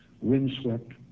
windswept